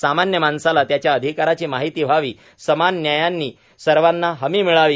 सामान्य माणसाला त्यांच्या अधिकाराची माहिती व्हावी समान न्यायाची सर्वांना हमी मिळावी